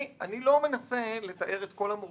אני לא מנסה לתאר את כל המורכבויות,